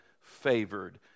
favored